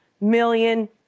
million